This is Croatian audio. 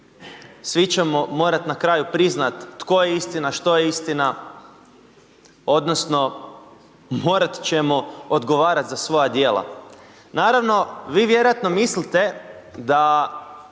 svi ćemo morat na kraju priznat tko je istina, što je istina odnosno morat ćemo odgovarat za svoja djela. Naravno, vi vjerojatno mislite da